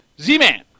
Z-Man